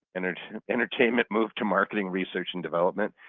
entertainment entertainment move to marketing research and development.